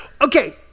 Okay